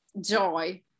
joy